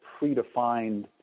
predefined